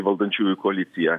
valdančiųjų koaliciją